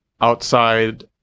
outside